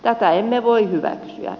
tätä emme voi hyväksyä